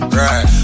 right